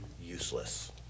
useless